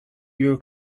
your